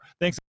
Thanks